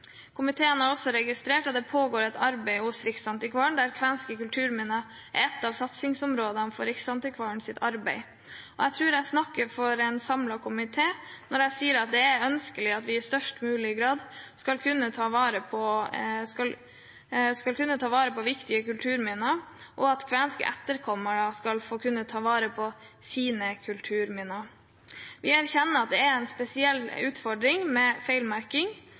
Komiteen har også registrert at det pågår et arbeid hos Riksantikvaren der kvenske kulturminner er et av satsingsområdene for Riksantikvarens arbeid. Jeg tror jeg snakker for en samlet komité når jeg sier at det er ønskelig at vi i størst mulig grad skal kunne ta vare på viktige kulturminner, og at kvenske etterkommere skal få kunne ta vare på sine kulturminner. Vi erkjenner at det er en spesiell utfordring med feilmerking